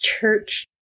church